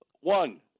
one